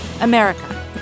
America